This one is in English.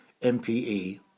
MPE